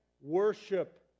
worship